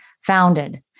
founded